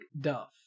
Duff